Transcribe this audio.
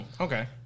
Okay